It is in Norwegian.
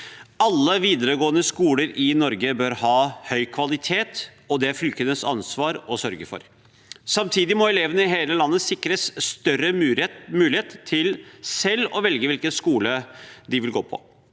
Alle videregående skoler i Norge bør ha høy kvalitet, og det er fylkenes ansvar å sørge for det. Samtidig må elevene i hele landet sikres større mulighet til selv å kunne velge hvilken skole de vil gå på.